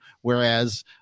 whereas –